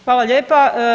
Hvala lijepa.